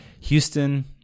houston